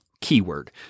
keyword